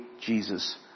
Jesus